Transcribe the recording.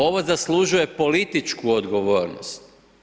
Ovo zaslužuje političku odgovornost.